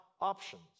options